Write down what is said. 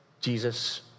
Jesus